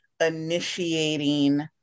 initiating